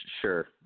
sure